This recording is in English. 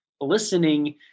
listening